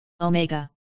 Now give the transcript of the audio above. Omega